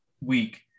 week